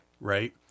right